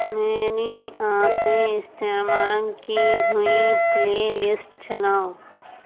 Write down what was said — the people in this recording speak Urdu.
میری آخری استعمال کی ہوئی پلے لسٹ چلاؤ